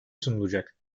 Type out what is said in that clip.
sunulacak